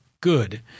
good